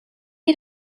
had